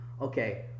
Okay